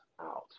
out